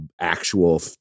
actual